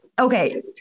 okay